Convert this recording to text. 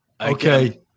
Okay